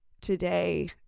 today